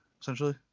essentially